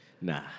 Nah